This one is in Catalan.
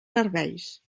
serveis